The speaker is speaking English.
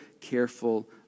careful